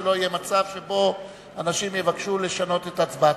שלא יהיה מצב שבו אנשים יבקשו לשנות את הצבעתם.